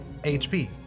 HP